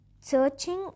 searching